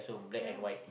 ya lah